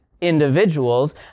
individuals